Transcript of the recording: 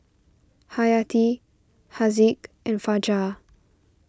Hayati Haziq and Fajar